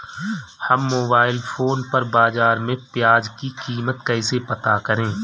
हम mobile phone पर बाज़ार में प्याज़ की कीमत कैसे पता करें?